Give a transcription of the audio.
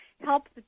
help